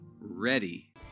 ready